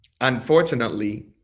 unfortunately